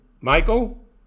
Michael